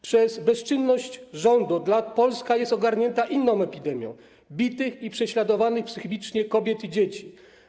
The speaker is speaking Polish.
Przez bezczynność rządu od lat Polska jest ogarnięta inną epidemią: bitych i prześladowanych psychicznie kobiet i dzieci.